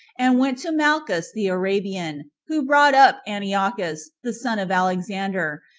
and went to malchus the arabian, who brought up antiochus, the son of alexander,